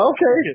Okay